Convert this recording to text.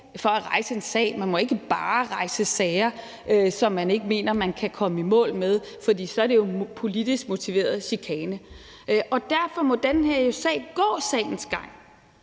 for at rejse en sag. Man må ikke bare rejse sager, som man ikke mener man kan komme i mål med, for så er det jo politisk motiveret chikane. Derfor må den her sag gå sagens gang.